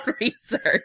research